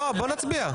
לא, נצביע.